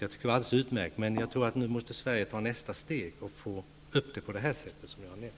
Det var alldeles utmärkt, men jag tror att Sverige nu måste ta nästa steg och försöka få upp frågan på det sätt som jag nämnt.